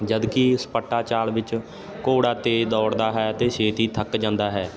ਜਦੋਂ ਕਿ ਛਪੱਟਾ ਚਾਲ ਵਿੱਚ ਘੋੜਾ ਤੇਜ਼ ਦੌੜਦਾ ਹੈ ਅਤੇ ਛੇਤੀ ਥੱਕ ਜਾਂਦਾ ਹੈ